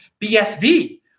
BSV